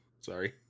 Sorry